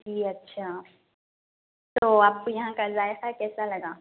جی اچھا تو آپ کو یہاں کا ذائقہ کیسا لگا